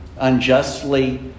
unjustly